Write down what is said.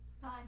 Bye